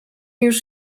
już